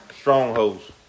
strongholds